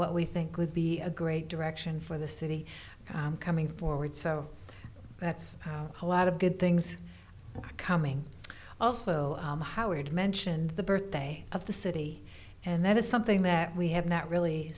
what we think would be a great direction for the city coming forward so that's a lot of good things coming also the howard mentioned the birthday of the city and that is something that we have not really